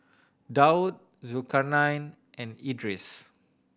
Daud Zulkarnain and Idris